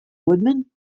woodman